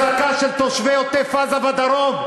אני זועק את הזעקה של תושבי עוטף-עזה והדרום.